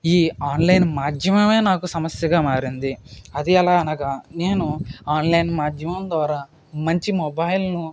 ఈ ఆన్లైన్ మాధ్యమమే నాకు సమస్యగా మారింది అది ఎలా అనగా నేను ఆన్లైన్ మాధ్యమం ద్వారా మంచి మొబైల్ను